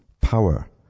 power